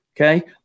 Okay